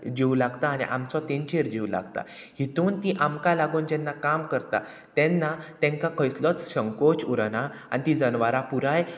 जीव लागता आनी आमचो तेंचेर जीव लागता हितून ती आमकां लागून जेन्ना काम करता तेन्ना तेंकां कसलोच शंकोच उरना आनी ती जनवरां पुराय